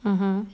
mmhmm